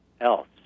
else